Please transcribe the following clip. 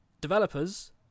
developers